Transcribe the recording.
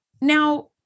Now